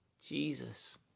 jesus